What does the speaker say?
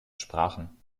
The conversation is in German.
sprachen